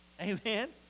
Amen